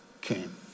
came